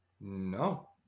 no